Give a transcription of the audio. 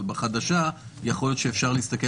אבל ברגולציה החדשה יכול להיות שאפשר להסתכל